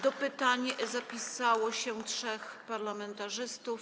Do pytań zapisało się trzech parlamentarzystów.